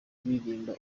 kuririmbira